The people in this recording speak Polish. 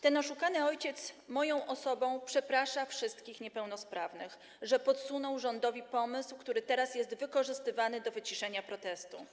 Ten oszukany ojciec za pośrednictwem mojej osoby przeprasza wszystkich niepełnosprawnych, że podsunął rządowi pomysł, który teraz jest wykorzystywany do wyciszenia protestu.